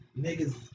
niggas